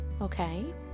Okay